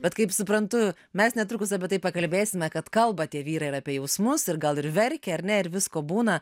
bet kaip suprantu mes netrukus apie tai pakalbėsime kad kalba tie vyrai ir apie jausmus ir gal ir verkia ar ne ir visko būna